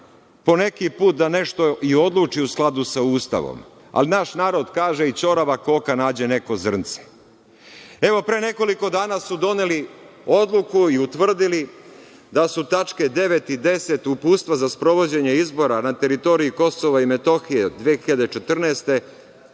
poneki put da nešto i odluči u skladu sa Ustavom, ali naš narod kaže – i, ćorava koka nađe neko zrnce. Evo, pre nekoliko danas su doneli odluku i utvrdili da su tačke 9. i 10. uputstva za sprovođenje izbora na teritoriji Kosova i Metohije, 2014.